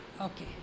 Okay